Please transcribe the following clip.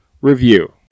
review